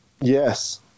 Yes